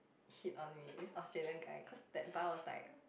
hit on me this Australian guy cause that bar was like